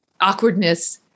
Awkwardness